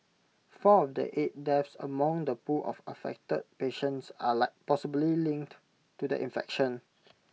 four of the eight deaths among the pool of affected patients are like possibly linked to the infection